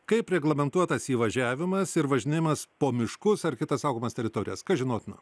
kaip reglamentuotas įvažiavimas ir važinėjimas po miškus ar kitas saugomas teritorijas kas žinotina